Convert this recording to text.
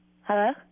Hello